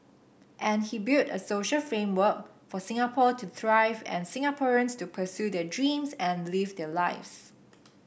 and he build a social framework for Singapore to thrive and Singaporeans to pursue their dreams and live their lives